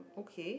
okay